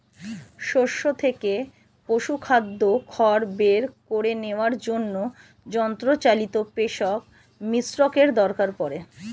শস্য থেকে পশুখাদ্য খড় বের করে নেওয়ার জন্য যন্ত্রচালিত পেষক মিশ্রকের দরকার পড়ে